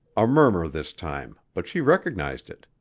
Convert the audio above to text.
a murmur this time, but she recognized it.